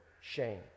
shame